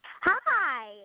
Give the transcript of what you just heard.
Hi